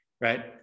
right